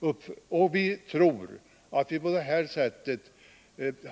Vi tror i utskottet att vi på detta sätt